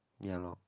ya lor